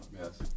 Yes